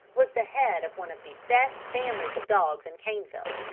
was the head of one of the best families of dogs in caneville,